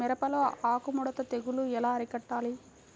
మిరపలో ఆకు ముడత తెగులు ఎలా అరికట్టాలి?